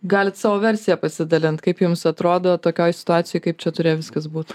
galit savo versija pasidalint kaip jums atrodo tokioj situacijoj kaip čia turėjo viskas būti